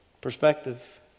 Perspective